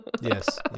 Yes